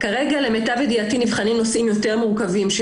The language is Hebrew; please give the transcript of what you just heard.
כרגע למיטב ידיעתי נבחנים נושאים יותר מורכבים,